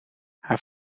haar